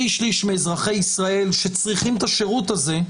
שלישים מאזרחי ישראל שצריכים את השירות הזה,